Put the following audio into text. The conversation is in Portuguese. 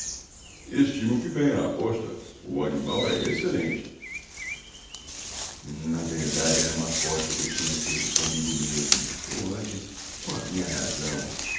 estimo que ganhe a aposta o animal é excelente na verdade era uma aposta que eu tinha feito comigo mesmo ou antes com a minha razão